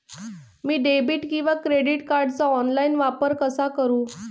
मी debit किंवा credit कार्डचा online वापर कसा करु?